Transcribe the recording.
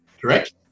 correct